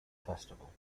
festival